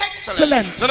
excellent